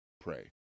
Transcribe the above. pray